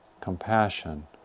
compassion